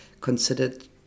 considered